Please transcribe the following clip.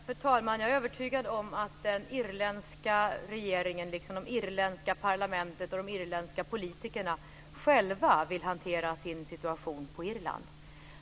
Fru talman! Jag är övertygad om att den irländska regeringen liksom det irländska parlamentet och de irländska politikerna själva vill hantera sin situation på Irland.